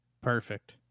Perfect